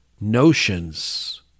notions